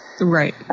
Right